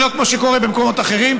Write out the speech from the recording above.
שלא כמו שקורה במקומות אחרים.